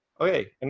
Okay